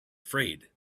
afraid